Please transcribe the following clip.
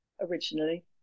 originally